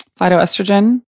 phytoestrogen